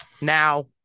Now